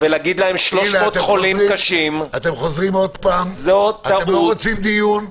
אתם לא רוצים דיון?